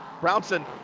Brownson